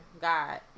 God